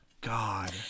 god